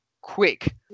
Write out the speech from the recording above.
quick